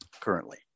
currently